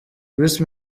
bruce